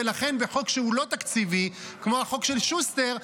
ולכן בחוק לא תקציבי כמו החוק של שוסטר,